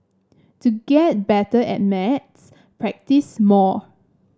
to get better at maths practise more